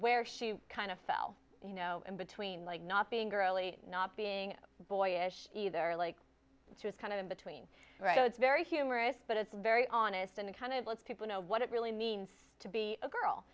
where she kind of fell you know in between like not being girly not being boyish either like she was kind of in between those very humorous but it's very honest and it kind of lets people know what it really means to be a girl